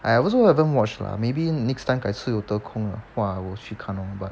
I also haven't watch lah maybe next time 改次有得空了话我去看 lor but